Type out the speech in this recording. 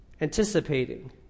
anticipating